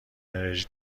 انرژی